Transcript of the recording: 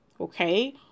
okay